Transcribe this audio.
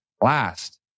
Last